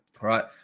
right